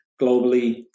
globally